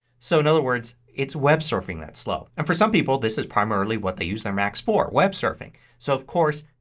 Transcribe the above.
so in other words it's web surfing that's slow. and for some people this is primarily what they use their macs for, web surfing. so, of course,